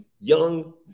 Young